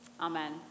Amen